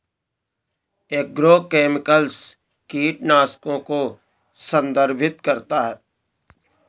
agrochemicals कीटनाशकों को संदर्भित करता है